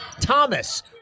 Thomas